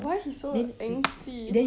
why he so angsty